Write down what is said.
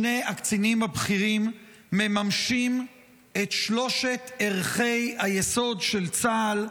שני הקצינים הבכירים מממשים את שלושת ערכי היסוד של צה"ל: